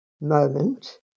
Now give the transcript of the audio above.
moment